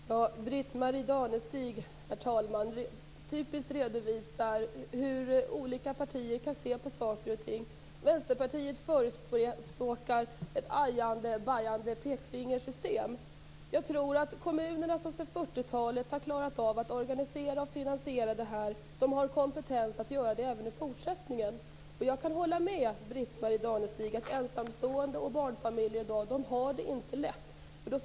Herr talman! Britt-Marie Danestig redovisar tydligt hur pass olika partierna kan se på saker och ting. Vänsterpartiet förespråkar ett ajande-bajande pekfingersystem. Jag tror att kommunerna som sedan 40 talet har klarat av att organisera och finansiera detta har kompetens att göra det även i fortsättningen. Jag kan hålla med Britt-Marie Danestig om att ensamstående och barnfamiljer inte har det lätt i dag.